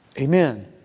Amen